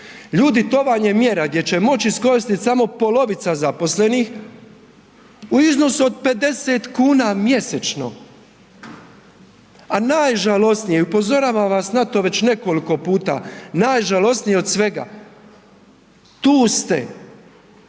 Ljudi, to vam je mjera gdje će moći iskoristiti samo polovica zaposlenih u iznosu od 50 kuna mjesečno, a najžalosnije i upozoravam vas na to već nekoliko puta, najžalosnije od svega, tu ste